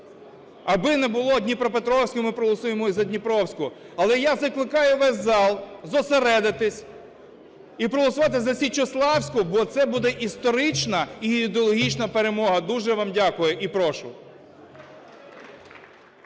аби не було Дніпропетровської, ми проголосуємо і за Дніпровську. Але я закликаю весь зал зосередитись і проголосувати за Січеславську, бо це буде історична і ідеологічна перемога. Дуже вам дякую, і прошу.